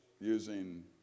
using